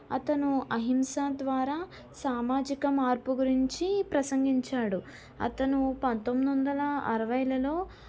అతను అహింస ద్వారా సామాజిక మార్పు గురించి ప్రసంగించాడు అతను పంతొమ్మిది వందల అరవైలలో